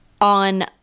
on